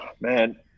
Man